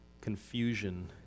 confusion